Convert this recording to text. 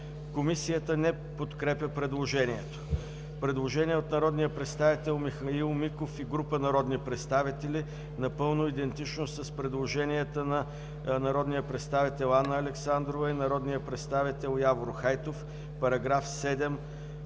Комисията не подкрепя предложението. Предложение на народния представител Михаил Миков и група народни представители, напълно идентично с предложенията на народния представител Анна Александрова и народния представител Явор Хайтов –§ 7